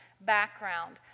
background